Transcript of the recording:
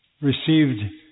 received